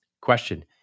Question